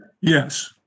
Yes